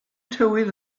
tywydd